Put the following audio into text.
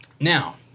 Now